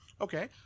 Okay